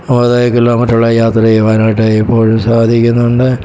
വളരെ കിലോമീറ്ററോളം യാത്ര ചെയ്യുവാനായിട്ട് ഇപ്പോഴും സാധിക്കുന്നുണ്ട്